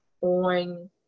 on